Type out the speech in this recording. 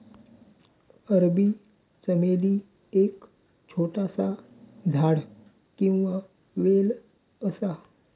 अरबी चमेली एक छोटासा झाड किंवा वेल असा